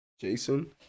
Jason